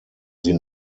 sie